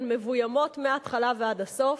הן מבוימות מההתחלה ועד הסוף.